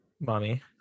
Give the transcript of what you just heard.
Mommy